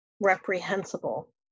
reprehensible